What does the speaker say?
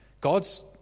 God's